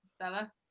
Stella